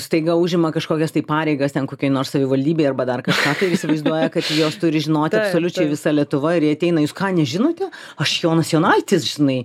staiga užima kažkokias pareigas ten kokioj nors savivaldybėj arba dar kažką įsivaizduoja kad juos turi žinoti absoliučiai visa lietuva ir jie ateina jūs ką nežinote aš jonas jonaitis žinai